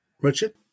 Richard